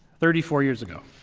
thirty four years ago.